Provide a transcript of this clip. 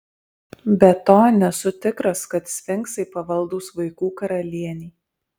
be to nesu tikras kad sfinksai pavaldūs vaikų karalienei